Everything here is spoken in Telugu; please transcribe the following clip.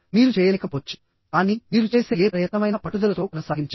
మీరు చేయలేకపోవచ్చు కానీ మీరు చేసే ఏ ప్రయత్నమైనా పట్టుదలతో కొనసాగించండి